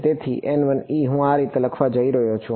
તેથી હું આ રીતે લખવા જઈ રહ્યો છું